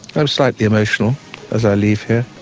i was slightly emotional as i leave here.